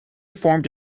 formed